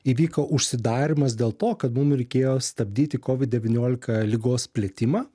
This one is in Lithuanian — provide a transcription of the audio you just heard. įvyko užsidarymas dėl to kad mum reikėjo stabdyti kovid devyniolika ligos plitimą